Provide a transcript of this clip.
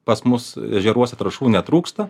pas mus ežeruose trąšų netrūksta